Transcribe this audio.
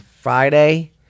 Friday